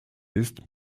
ist